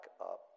up